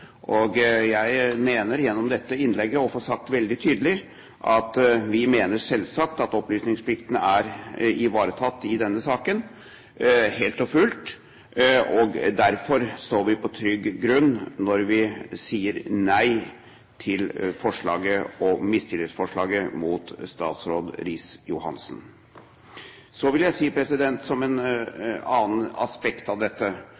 og jeg mener gjennom dette innlegget å få sagt veldig tydelig at vi mener selvsagt at opplysningsplikten er ivaretatt i denne saken, helt og fullt. Derfor står vi på trygg grunn når vi sier nei til mistillitsforslaget mot statsråd Riis-Johansen. Så vil jeg si – som et annet aspekt ved dette: Denne debatten skal jo være opplysende for behandlingen av